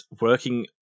working